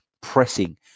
pressing